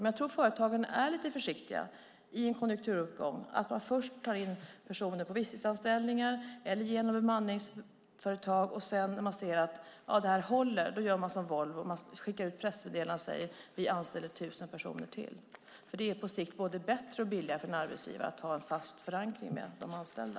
Jag tror dock att företagen är lite försiktiga i en konjunkturuppgång. Först tar man in personer på visstidsanställningar eller genom bemanningsföretag, och när man sedan ser att det håller gör man som Volvo: skickar ut ett pressmeddelande och säger att man anställer tusen personer till. Det är på sikt både bättre och billigare för en arbetsgivare att ha en fast förankring med de anställda.